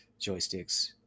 joysticks